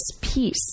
peace